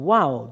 Wow